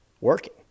working